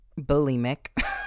bulimic